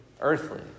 earthly